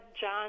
John